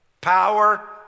Power